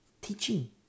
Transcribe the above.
Teaching